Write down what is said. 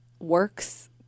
works